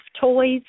toys